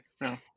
No